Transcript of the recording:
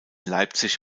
leipzig